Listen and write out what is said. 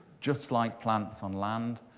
just like plants on land,